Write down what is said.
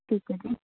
ਠੀਕ ਹੈ ਜੀ